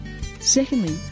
Secondly